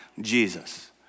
Jesus